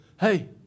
Hey